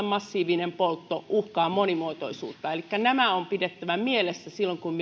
massiivinen poltto uhkaa monimuotoisuutta elikkä nämä on pidettävä mielessä silloin kun